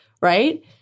Right